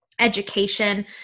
Education